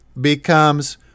becomes